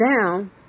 down